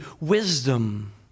wisdom